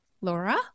Laura